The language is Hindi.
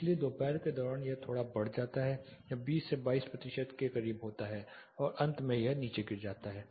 इसलिए दोपहर के दौरान यह थोड़ा बढ़ जाता है यह 20 22 प्रतिशत के करीब होता है और अंत में यह नीचे गिर जाता है